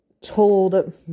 told